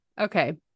okay